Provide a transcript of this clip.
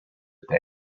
texte